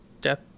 Death